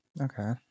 Okay